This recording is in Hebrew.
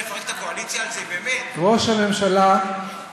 וראש הממשלה יפרק את הקואליציה על זה?